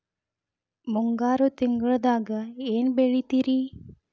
ಮುಂಗಾರು ತಿಂಗಳದಾಗ ಏನ್ ಬೆಳಿತಿರಿ?